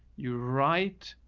you write.